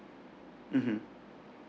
mmhmm